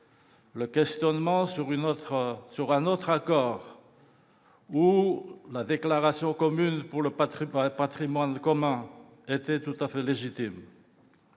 Le questionnement sur un autre accord ou sur la déclaration commune pour le patrimoine commun était tout à fait légitime.